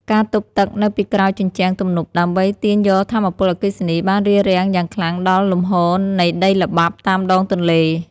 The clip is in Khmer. ការទប់ទឹកនៅពីក្រោយជញ្ជាំងទំនប់ដើម្បីទាញយកថាមពលអគ្គិសនី បានរារាំងយ៉ាងខ្លាំងដល់លំហូរនៃដីល្បាប់តាមដងទន្លេ។